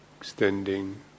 extending